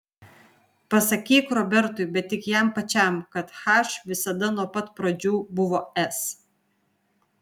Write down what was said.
pasakyk robertui bet tik jam pačiam kad h visada nuo pat pradžių buvo s